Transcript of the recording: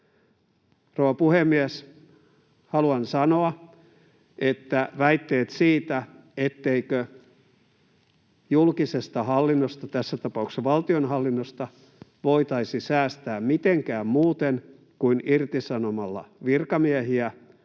Rouva puhemies! Haluan sanoa, että väitteet siitä, etteikö julkisesta hallinnosta, tässä tapauksessa valtionhallinnosta, voitaisi säästää mitenkään muuten kuin irtisanomalla virkamiehiä